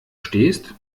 stehst